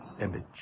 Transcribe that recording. image